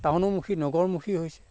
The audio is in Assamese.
টাউনৰমুখী নগৰমুখী হৈছে